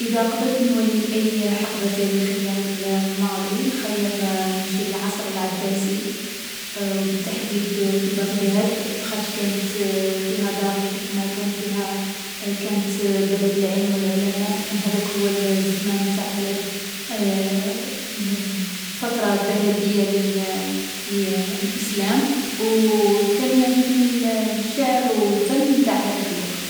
إذا قدرت نولي لأي حقبة تاريخية في الماضي، نخيّر نمشي للعصر العباسي، و بالتحديد في بغداد، لاخطش كانت فيها دار الحكمة. كانت بلد العلم و العلماء. كان هذاك هو الزمان الذهبي نتاع الإسلام. كانت مطوّرة في العلم و الفن و التجارة.